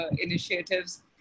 initiatives